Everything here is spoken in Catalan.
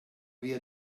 via